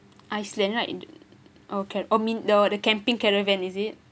iceland right okay oh mean the the camping caravan is it